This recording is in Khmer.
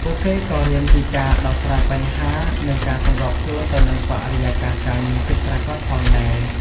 ពួកគេក៏រៀនពីការដោះស្រាយបញ្ហា និងការសម្របខ្លួនទៅនឹងបរិយាកាសការងារពិតប្រាកដផងដែរ។